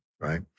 right